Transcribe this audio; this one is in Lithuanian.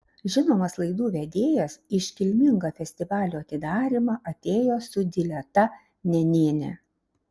žinomas laidų vedėjas į iškilmingą festivalio atidarymą atėjo su dileta nenėne